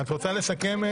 תרצי לסכם?